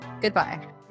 goodbye